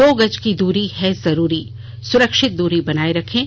दो गज की दूरी है जरूरी सुरक्षित दूरी बनाए रखें